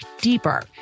deeper